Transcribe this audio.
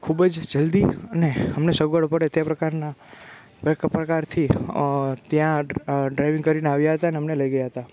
ખૂબ જ જલ્દી અને અમને સગવડ પડે તે પ્રકારના દરેક પ્રકારથી ત્યાં ડ્રાઈવિંગ કરીને આવ્યાં હતા અને અમને લઈ ગયા હતા